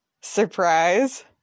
surprise